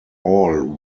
all